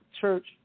Church